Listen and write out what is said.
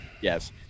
Yes